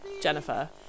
Jennifer